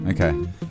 Okay